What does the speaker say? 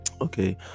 okay